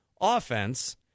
offense